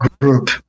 group